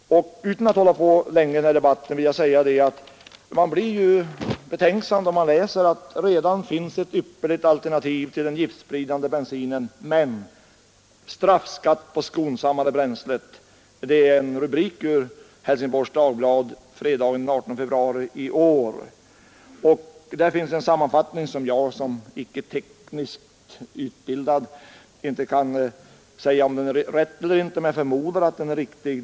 Utan att hålla på länge med den här debatten vill jag säga att man blir ganska betänksam när man läser att det redan finns ett ypperligt alternativ till de giftspridande bränslena men att det tages ut ”straffskatt på skonsammare bränsle” som det står i en rubrik i Helsingborgs Dagblad fredagen den 18 februari i år. I anslutning till den rubriken finns en artikel som jag som icke tekniskt utbildad inte kan uttala mig så mycket om, men förmodligen är den riktig.